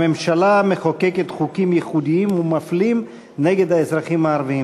הממשלה מחוקקת חוקים ייחודיים ומפלים נגד האזרחים הערבים,